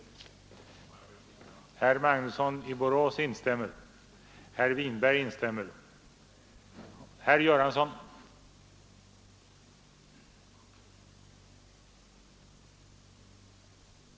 Befrielse för person av baltiskt